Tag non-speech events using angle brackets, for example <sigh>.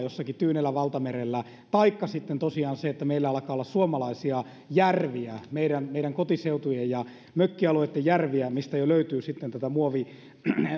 <unintelligible> jossakin tyynellä valtamerellä taikka sitten tosiaan meillä alkaa olla suomalaisia järviä meidän meidän kotiseutuja ja mökkialueiden järviä joista jo löytyy sitten tätä